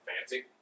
fancy